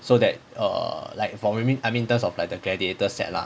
so that err like for maybe um I mean in terms of like the gladiator set lah